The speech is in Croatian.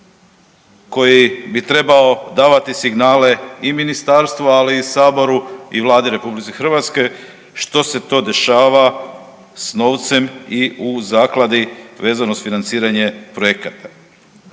koji bi trebao davati signale i ministarstvu, ali i saboru i Vladi RH što se to dešava s novcem i u zakladi vezano uz financiranje projekata.